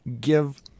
give